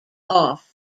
off